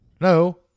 no